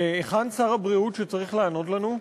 היכן שר הבריאות שצריך לענות לנו?